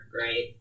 right